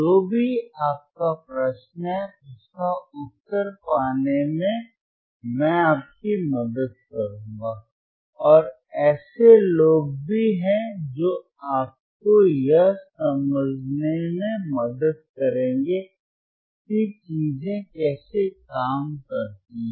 जो भी आपका प्रश्न है उसका उत्तर पाने में मैं आपकी मदद करूंगा और ऐसे लोग भी हैं जो आपको यह समझने में मदद करेंगे कि चीजें कैसे काम करती हैं